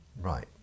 Right